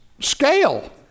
Scale